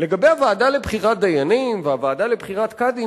לגבי הוועדה לבחירת דיינים והוועדה לבחירת קאדים,